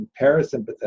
parasympathetic